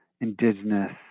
indigenous